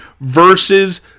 versus